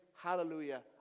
hallelujah